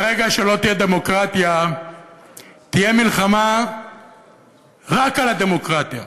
ברגע שלא תהיה דמוקרטיה תהיה מלחמה רק על הדמוקרטיה.